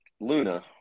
Luna